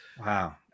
Wow